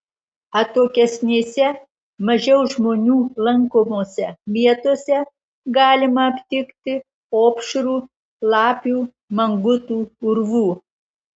atokesnėse mažiau žmonių lankomose vietose galima aptikti opšrų lapių mangutų urvų